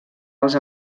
els